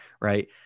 right